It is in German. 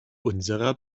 unserer